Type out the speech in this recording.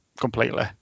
completely